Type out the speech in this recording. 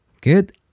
Good